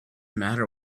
matter